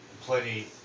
plenty